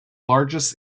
largest